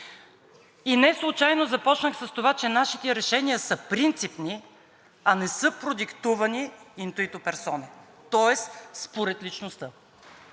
Неслучайно започнах с това, че нашите решения са принципни, а не са продиктувани intuitu personae, тоест според личността.